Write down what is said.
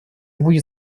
будет